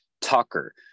Tucker